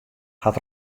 hat